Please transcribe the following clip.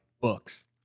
books